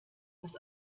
dass